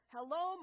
Hello